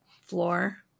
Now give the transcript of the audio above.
floor